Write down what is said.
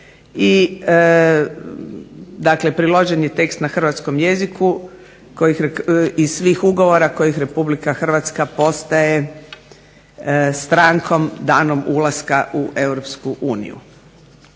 dakle priložen je tekst na hrvatskom jeziku iz svih ugovora kojih RH postaje strankom danom ulaska u EU.